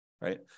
right